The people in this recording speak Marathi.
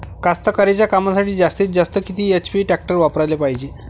कास्तकारीच्या कामासाठी जास्तीत जास्त किती एच.पी टॅक्टर वापराले पायजे?